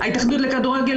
ההתאחדות לכדורגל,